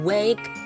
Wake